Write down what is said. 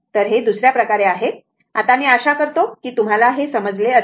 तर हे दुसऱ्या प्रकारे आहे आता मी आशा करतो की तुम्हाला हे समजले असेल